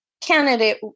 candidate